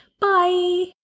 Bye